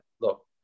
look